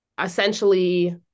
essentially